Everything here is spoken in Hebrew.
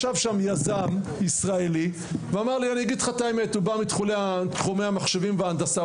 ישב שם יזם ישראלי שבא מתחומי המחשבים וההנדסה,